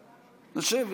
לשבת.